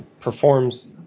performs